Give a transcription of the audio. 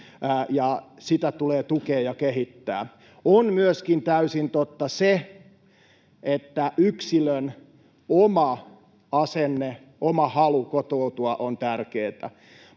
sitä tulee tukea ja kehittää. On myöskin täysin totta, että yksilön oma asenne ja oma halu kotoutua on tärkeätä.